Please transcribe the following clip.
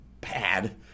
pad